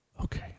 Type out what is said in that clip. Okay